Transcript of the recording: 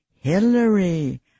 Hillary